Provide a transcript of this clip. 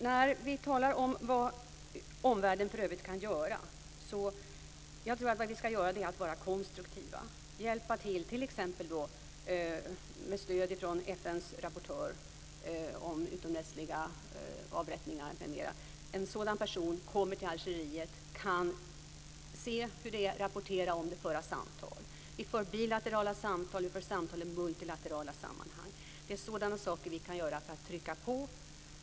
När vi talar om vad omvärlden för övrigt kan göra tror jag att det gäller att vi är konstruktiva och hjälper till, t.ex. med stöd från FN:s rapportör om utomrättsliga avrättningar m.m. Om en sådan person kommer till Algeriet kan han se hur det är, rapportera om det och föra samtal. Vi för bilaterala samtal, och vi för samtal i multilaterala sammanhang. Det är sådana saker vi kan göra för att trycka på.